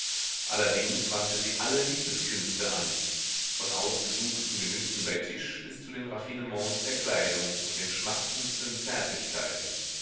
allerdings wandte sie alle liebeskünste an von ausgesuchten genüssen bei tisch bis zu den raffinements der kleidung und den schmachtendsten zärtlichkeiten